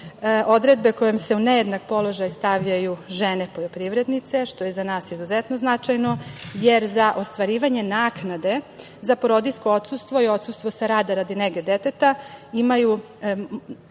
odredbe kojom se u nejednak položaj stavljaju žene poljoprivrednice, što je za nas izuzetno značajno jer za ostvarivanje naknade za porodiljsko odsustvo i odsustvo sa rada radi nege deteta